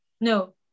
no